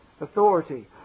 authority